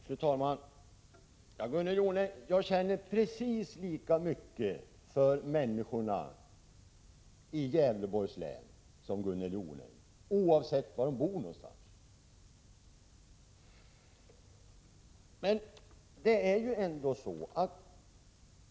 Fru talman! Jag känner, Gunnel Jonäng, precis lika mycket för människorna i Gävleborgs län, oavsett var de bor, som ni gör.